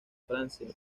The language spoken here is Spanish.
francia